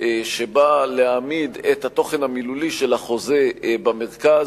שבא להעמיד את התוכן המילולי של החוזה במרכז,